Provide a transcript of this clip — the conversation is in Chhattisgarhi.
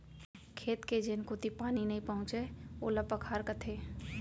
खेत के जेन कोती पानी नइ पहुँचय ओला पखार कथें